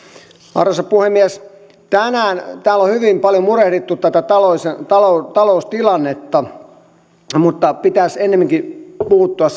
arvoisa puhemies tänään täällä on hyvin paljon murehdittu tätä taloustilannetta mutta pitäisi ennemminkin puuttua